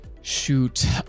Shoot